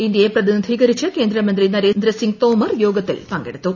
ഇന്ത്യയെ പ്രതിനിധീകരിച്ച് കേന്ദ്രമന്ത്രി നരേന്ദ്രസിങ്ങ് തോമർ യോഗത്തിൽ പങ്കെടുത്തു